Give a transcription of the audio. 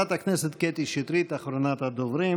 חברת הכנסת קטי שטרית, אחרונת הדוברים